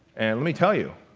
and let me tell you,